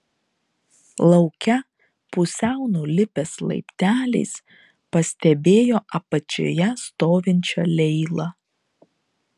lauke pusiau nulipęs laipteliais pastebėjo apačioje stovinčią leilą